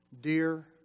dear